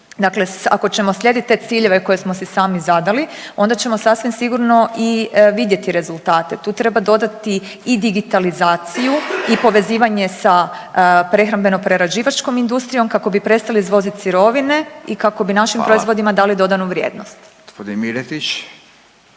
Dakle, ako ćemo slijediti te ciljeve koje smo si sami zadali onda ćemo sasvim sigurno i vidjeti rezultate. Tu treba dodati i digitalizaciju i povezivanje sa prehrambeno-prerađivačkom industrijom kako bi prestali izvoziti sirovine i kako …/Upadica: Hvala./… bi našim proizvodima dali dodanu vrijednost.